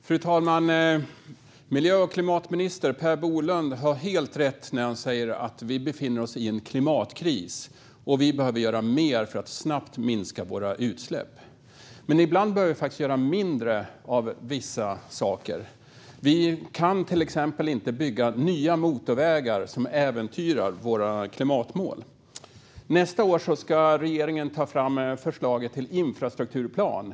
Fru talman! Miljö och klimatminister Per Bolund har helt rätt när han säger att vi befinner oss i en klimatkris, och vi behöver göra mer för att snabbt minska våra utsläpp. Men ibland behöver vi faktiskt göra mindre av vissa saker. Vi kan till exempel inte bygga nya motorvägar som äventyrar våra klimatmål. Nästa år ska regeringen ta fram förslaget till infrastrukturplan.